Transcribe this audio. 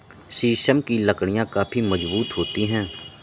शीशम की लकड़ियाँ काफी मजबूत होती हैं